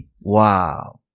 Wow